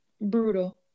brutal